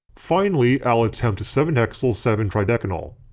finally i'll attempt seven hexyl seven tridecanol.